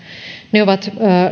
ovat